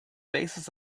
basis